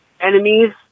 enemies